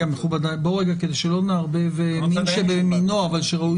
מכובדיי, שלא נערבב מין שבמינו אבל שראוי בהפרדה.